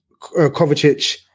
Kovacic